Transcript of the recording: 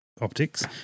optics